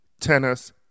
tennis